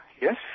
yes